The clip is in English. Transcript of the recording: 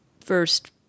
first